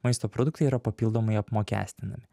maisto produktai yra papildomai apmokestinami